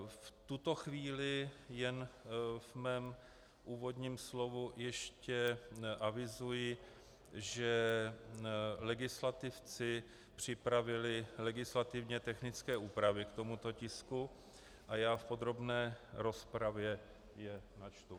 V tuto chvíli jen ve svém úvodním slovu ještě avizuji, že legislativci připravili legislativně technické úpravy k tomuto tisku a já je v podrobné rozpravě načtu.